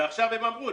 ועכשיו הם אמרו,